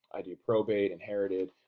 i do probate, inherited,